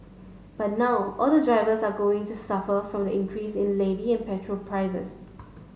but now all the drivers are going to suffer from the increase in levy and petrol prices